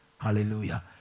Hallelujah